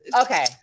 okay